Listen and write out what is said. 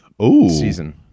season